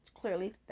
clearly